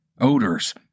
odors